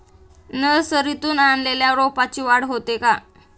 नर्सरीतून आणलेल्या रोपाची वाढ होते का?